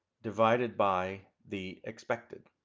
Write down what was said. divided by the expected.